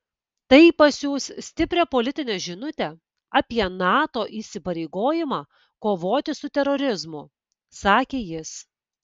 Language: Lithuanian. tai pasiųs stiprią politinę žinutę apie nato įsipareigojimą kovoti su terorizmu sakė jis